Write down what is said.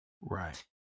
right